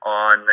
on